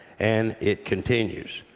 and it continues.